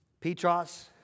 Petros